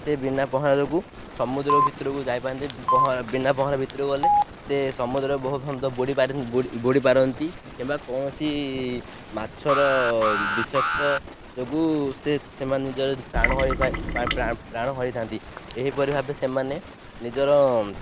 ସେ ବିନା ପହଁରା ଯୋଗୁ ସମୁଦ୍ର ଭିତରକୁ ଯାଇପାରନ୍ତି ପହଁରା ବିନା ପହଁରା ଭିତରୁକୁ ଗଲେ ସେ ସମୁଦ୍ରରେ ବହୁ ବୁଡ଼ି ପାର ବୁଡ଼ି ପାରନ୍ତି କିମ୍ବା କୌଣସି ମାଛର ବିଷାକ୍ତ ଯୋଗୁ ସେ ସେମାନେ ନିଜର ପ୍ରାଣ ହରାଇ ପ୍ରାଣ ହରାଇଥାନ୍ତି ଏହିପରି ଭାବେ ସେମାନେ ନିଜର